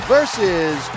Versus